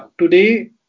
today